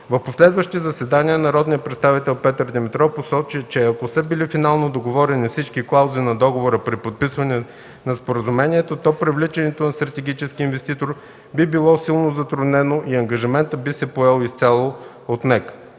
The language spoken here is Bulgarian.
В последващи заседания народният представител Петър Димитров посочи, че ако са били финално договорени всички клаузи на договора при подписване на споразумението, то привличането на стратегически инвеститор би било силно затруднено и ангажиментът би се поел изцяло от НЕК,